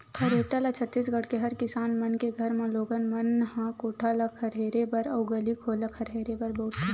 खरेटा ल छत्तीसगढ़ के हर किसान मन के घर म लोगन मन ह कोठा ल खरहेरे बर अउ गली घोर ल खरहेरे बर बउरथे